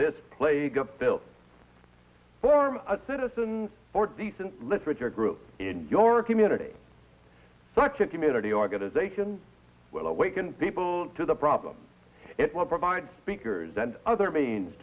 filth form a citizens or decent literature group in your community such a community organization will awaken people to the problem it will provide speakers and other means